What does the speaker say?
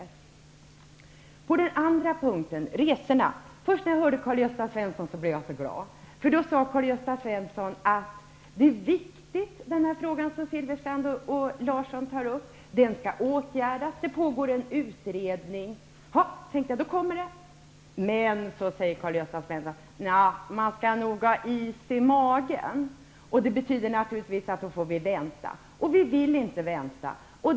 Beträffande den andra punkten som gäller resorna blev jag först så glad när jag hörde Karl-Gösta Svenson. Han sade nämligen att den fråga som Silfverstrand och Larsson tar upp är viktig, att den skall åtgärdas och att en utredning pågår. Då tänkte jag: Nu kommer det. Men sedan sade Karl-Gösta Svenson: Man skall nog ha is i magen. Det betyder naturligtvis att vi får vänta, men vi vill inte vänta.